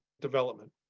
development